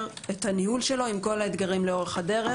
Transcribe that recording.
את הניהול שלו עם כל האתגרים לאורך הדרך.